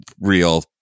real